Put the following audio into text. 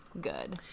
good